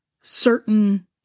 certain